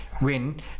win